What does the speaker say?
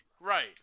Right